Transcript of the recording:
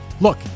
Look